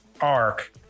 arc